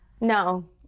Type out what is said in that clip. No